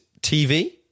TV